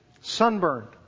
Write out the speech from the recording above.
sunburned